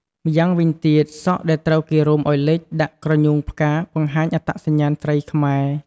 ម្យ៉ាងវិញទៀតសក់ដែលត្រូវគេរុំអោយលិចដាក់ក្រញូងផ្កាបង្ហាញអត្តសញ្ញាណស្រីខ្មែរ។